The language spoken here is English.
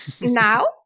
Now